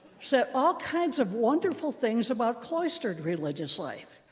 said all kinds of wonderful things about cloistered religious life.